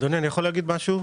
אדוני, אני יכול להגיד משהו?